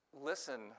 Listen